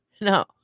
No